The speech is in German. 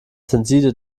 tenside